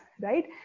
right